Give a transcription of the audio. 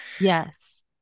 yes